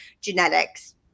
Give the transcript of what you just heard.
genetics